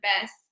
best